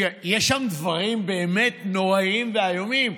כי יש שם דברים באמת נוראיים ואיומים,